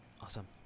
Awesome